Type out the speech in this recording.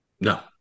No